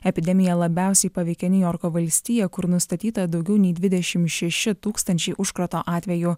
epidemija labiausiai paveikė niujorko valstiją kur nustatyta daugiau nei dvidešimt šeši tūkstančiai užkrato atvejų